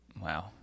wow